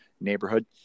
neighborhood